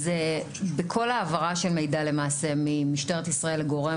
בכל העברה של מידע למעשה ממשטרת ישראל לגורם